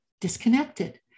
disconnected